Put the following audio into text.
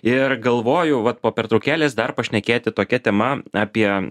ir galvoju vat po pertraukėlės dar pašnekėti tokia tema apie